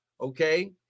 Okay